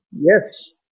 yes